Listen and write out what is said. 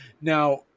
now